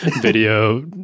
video